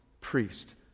priest